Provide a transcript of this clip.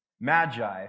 magi